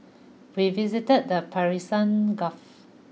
we visited the Persian Gulf